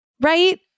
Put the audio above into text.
right